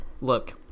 Look